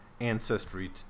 ancestry